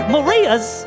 Maria's